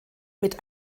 mit